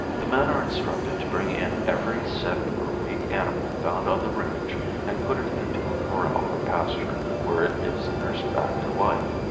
the men are instructed to bring in every sick or weak animal found on the range and put it into a corral or pasture, where it is nursed back to life.